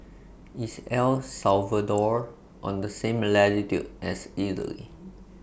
IS El Salvador on The same latitude as Italy